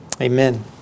Amen